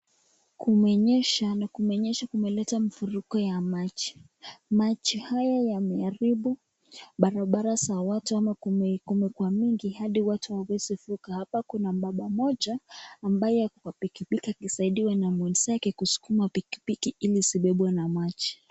Kumenyesha na kumenyesha kumeleta mafuriko ya maji. Maji haya yameharibu barabara za watu ama kumekua mingi hadi watu hawawezi vuka hapa. Kuna mbaba mmoja ambaye kwa pikipiki akisaidiwa na mwenzake kusukuma pikipiki ili isibebwe na maji.